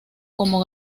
como